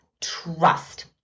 trust